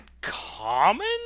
common